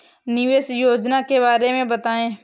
निवेश योजना के बारे में बताएँ?